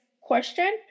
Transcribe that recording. question